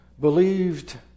believed